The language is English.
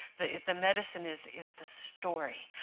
the the medicine is is the story.